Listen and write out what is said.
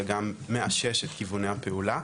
וגם מאשש את כיווני הפעולה.